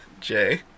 Jay